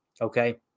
okay